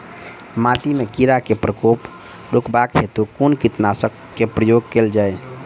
माटि मे कीड़ा केँ प्रकोप रुकबाक हेतु कुन कीटनासक केँ प्रयोग कैल जाय?